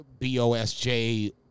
BOSJ